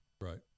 Right